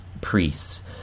priests